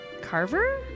Carver